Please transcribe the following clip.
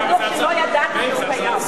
על דוח שלא ידעתי שהוא קיים.